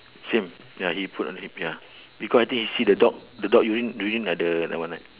same ya he put on the hip ya because I think he see the dog the dog urine urine at the that one right